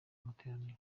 materaniro